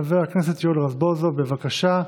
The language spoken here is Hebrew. חבר הכנסת יואל רזבוזוב, בבקשה,